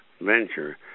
venture